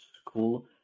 school